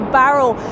barrel